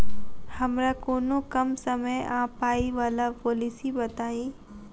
हमरा कोनो कम समय आ पाई वला पोलिसी बताई?